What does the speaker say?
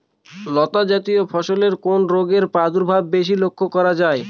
লতাজাতীয় ফসলে কোন রোগের প্রাদুর্ভাব বেশি লক্ষ্য করা যায়?